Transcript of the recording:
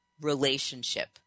relationship